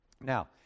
Now